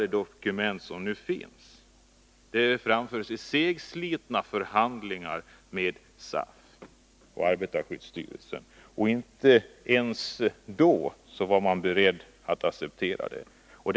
De dokument som finns är i stor utsträckning kastrerade. De har kommit till efter segslitna förhandlingar mellan SAF och arbetarskyddsstyrelsen.